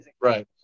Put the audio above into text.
right